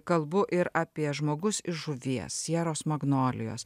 kalbu ir apie žmogus iš žuvies sieros magnolijos